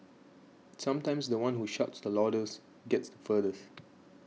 sometimes the one who shouts the loudest gets the furthest